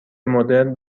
مدرن